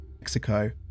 Mexico